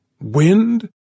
Wind